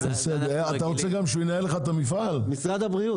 בנושא הבריאות